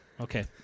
Okay